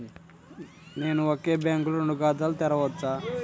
నేను ఒకే బ్యాంకులో రెండు ఖాతాలు తెరవవచ్చా?